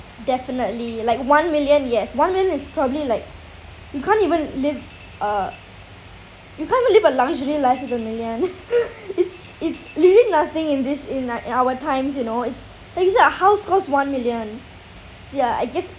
definitely like one million yes one million is probably like you can't even live uh you can't live a luxury life with a million it's it's really nothing in this in like in our times you know it's like you said a house cost one million ya I guess